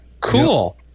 Cool